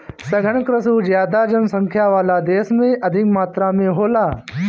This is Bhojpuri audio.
सघन कृषि ज्यादा जनसंख्या वाला देश में अधिक मात्रा में होला